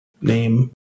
name